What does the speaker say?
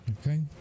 okay